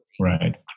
Right